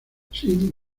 sin